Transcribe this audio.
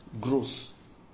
growth